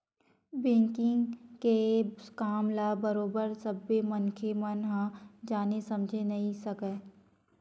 banking के काम ल बरोबर सब्बे मनखे मन ह जाने समझे नइ सकय